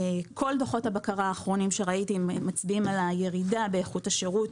כל דוחות הבקרה האחרונים שראיתי מצביעים על הירידה באיכות השירות,